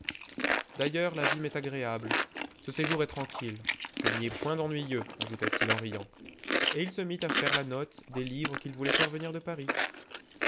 d'ailleurs la vie m'est agréable ce séjour est tranquille je n'y ai point d'ennuyeux ajouta-t-il en riant et il se mit à faire la note des livres qu'il voulait faire venir de paris